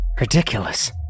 Ridiculous